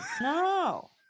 No